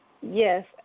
Yes